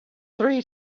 three